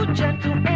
gentle